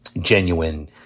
genuine